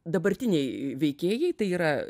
dabartiniai veikėjai tai yra